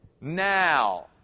now